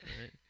right